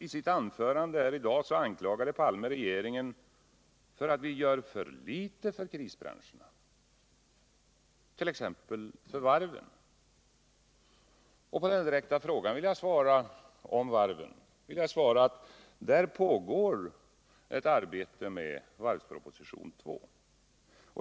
I sitt anförande här i dag anklagade Olof Palme regeringen för att den gör för litet för krisbranscherna,t.ex. varven. Och på den direkta frågan om varven vill jag svara: Det pågår ett arbete med den andra varvspropositionen.